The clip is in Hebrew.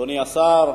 אדוני השר,